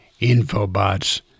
Infobots